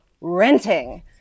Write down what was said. renting